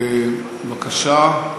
בבקשה.